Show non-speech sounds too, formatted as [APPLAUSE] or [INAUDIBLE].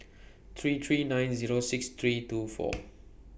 three three nine Zero six three two four [NOISE]